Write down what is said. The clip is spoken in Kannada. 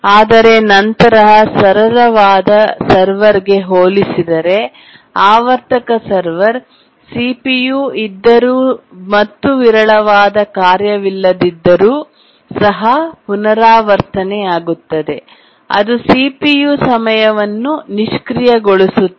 ಆದರೆ ನಂತರ ಸರಳವಾದ ಸರ್ವರ್ಗೆ ಹೋಲಿಸಿದರೆ ಆವರ್ತಕ ಸರ್ವರ್ ಸಿಪಿಯು ಇದ್ದರೂ ಮತ್ತು ವಿರಳವಾದ ಕಾರ್ಯವಿಲ್ಲದಿದ್ದರೂ ಸಹ ಪುನರಾವರ್ತನೆಯಾಗುತ್ತದೆ ಅದು ಸಿಪಿಯು ಸಮಯವನ್ನು ನಿಷ್ಕ್ರಿಯಗೊಳಿಸುತ್ತದೆ